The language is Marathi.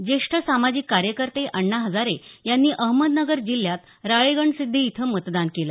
ज्येष्ठ सामाजिक कार्यकर्ते अण्णा हजारे यांनी अहमदनगर जिल्ह्यात राळेगणसिद्धी इथं मतदान केलं